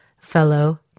fellow